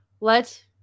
Let